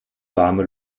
warme